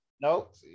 Nope